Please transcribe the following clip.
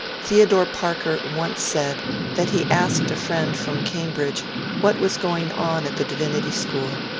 theodore parker once said that he asked a friend from cambridge what was going on at the divinity school,